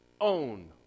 own